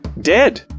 Dead